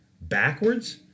backwards